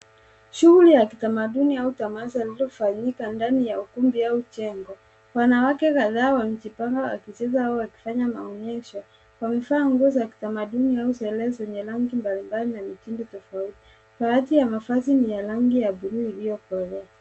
Shughuli ya kitamaduni au tamasha inayofanyika ndani ya ukumbi au jengo. Wanawake kadhaa wamejipanga wakicheza au wakifanya maonyesho wakivaa manguo za kitamaduni au sare za rangi mbalimbali na mitindo tofauti. Baadhi ya mavazi ni ya rangi ya blue iliyokolea.